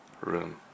room